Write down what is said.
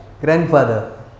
Grandfather